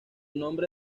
nombre